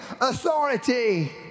authority